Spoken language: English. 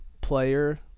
player